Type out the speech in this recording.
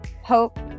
hope